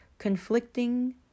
Conflicting